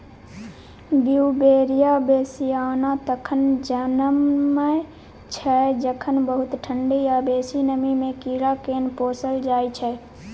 Beauveria bassiana तखन जनमय छै जखन बहुत ठंढी या बेसी नमीमे कीड़ाकेँ पोसल जाइ छै